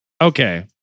Okay